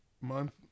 month